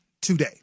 today